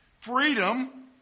freedom